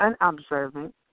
unobservant